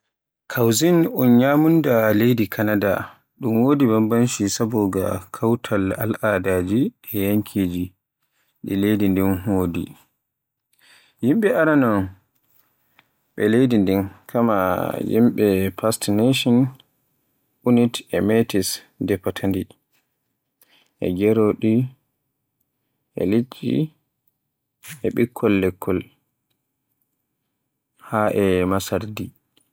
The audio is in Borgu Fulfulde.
Cuisine un nyamunda e leydi Kanada, dun wodi banbanci saboda Kautal al'adaaji e yankiji ɗi leydi ndin wodi. Yimɓe aranon ɓe leydi ndin kama yimɓe First Nation, INuit, e Métis defata ndu e geroɗe, e liɗɗi e ɓikkol lekkol haa e masardi.